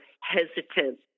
hesitant